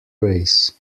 race